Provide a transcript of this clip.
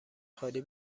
خالی